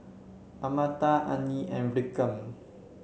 Amartya Anil and Vikram